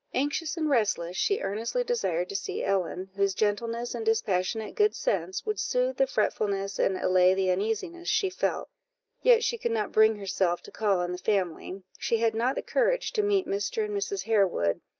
anxious and restless, she earnestly desired to see ellen, whose gentleness and dispassionate good sense would soothe the fretfulness and allay the uneasiness she felt yet she could not bring herself to call on the family she had not the courage to meet mr. and mrs. harewood,